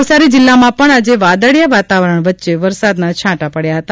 નવસારી જિલ્લામાં પણ આજે વાદળીયા વાતાવરણ વચ્ચે વરસાતના છાંટા પડયા હતા